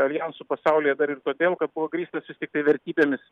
aljansų pasaulyje dar ir todėl kad buvo grįstas vis tiktai vertybėmis